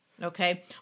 Okay